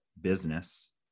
business